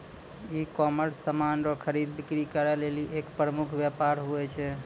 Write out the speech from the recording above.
ecommerce समान रो खरीद बिक्री करै लेली एक प्रमुख वेपार हुवै छै